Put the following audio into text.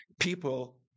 people